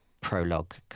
prologue